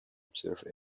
observe